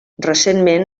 recentment